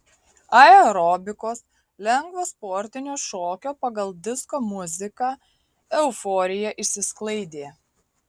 aerobikos lengvo sportinio šokio pagal disko muziką euforija išsisklaidė